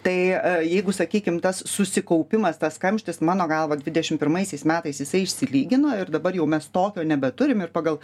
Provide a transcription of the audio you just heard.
tai jeigu sakykim tas susikaupimas tas kamštis mano galva dvidešimt pirmaisiais metais jisai išsilygino ir dabar jau mes tokio nebeturim ir pagal